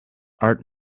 art